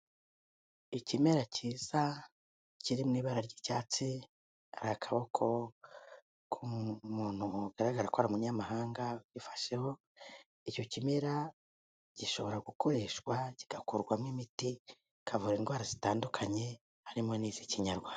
Ikimera cyiza kiri mu ibara ry'icyatsi ari akaboko k'umuntu mugaragara ko ari umunyamahanga bifasheho icyo kimera gishobora gukoreshwa kigakorwamo imiti ikavura indwara zitandukanye harimo n'iz'ikinyarwanda.